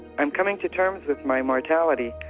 i'm coming to terms with my mortality,